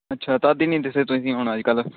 ਅੱਛਾ ਤਦ ਹੀ ਨਹੀਂ ਦਿਖੇ ਤੁਸੀਂ ਹੁਣ ਅੱਜ ਕੱਲ੍ਹ